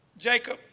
Jacob